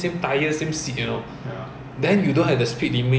ya